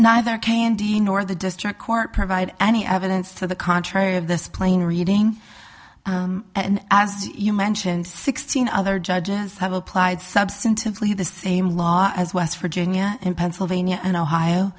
neither candy nor the district court provide any evidence to the contrary of this plain reading and as you mentioned sixteen other judges have applied substantively the same law as west virginia and pennsylvania and ohio